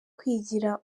kwigira